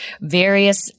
various